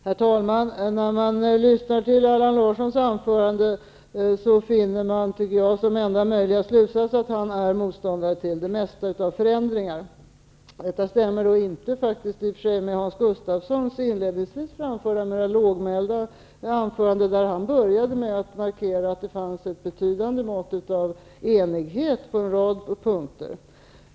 Herr talman! När man lyssnar till Allan Larssons anförande finner man som enda möjliga slutsats att han är motståndare till det mesta av förändringar. Detta stämmer i och för sig inte med Hans Gustafssons inledningsvis lågmält framförda anförande, där han började med att markera att det fanns ett betydande mått av enighet på en rad punkter.